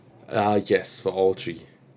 uh yes for all three